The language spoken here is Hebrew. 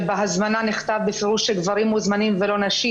ובהזמנה נכתב בפירוש שגברים מוזמנים ולא נשים,